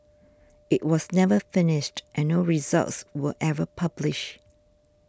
it was never finished and no results were ever published